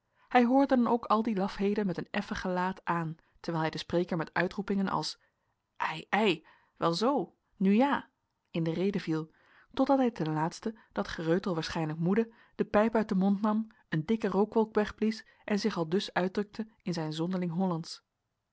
hij hoorde dan ook al die lafheden met een effen gelaat aan terwijl hij den spreker met uitroepingen als ei ei wel zoo nu ja in de rede viel totdat hij ten laatste dat gereutel waarschijnlijk moede de pijp uit den mond nam een dikke rookwolk wegblies en zich aldus uitdrukte in zijn zonderling hollandsch